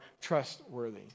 trustworthy